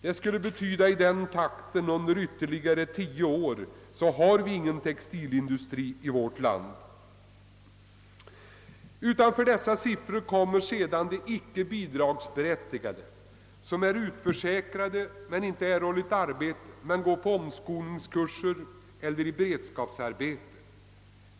Om utvecklingen fortsätter i den takten, har vi om tio år ingen textilindustri i vårt land. Utanför dessa siffror kommer de icke bidragsberättigade, som är utförsäkrade men inte erhållit arbete utan går på omskolningskurser eller i beredskapsarbete.